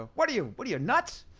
ah what are you, what are you nuts?